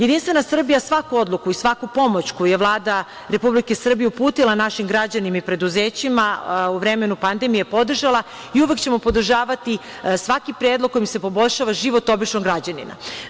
JS svaku odluku i svaku pomoć koju je Vlada Republike Srbije uputila našim građanima i preduzećima u vremenu pandemije je podržala i uvek ćemo podržavati svaki predlog kojim se poboljšava život običnog građanina.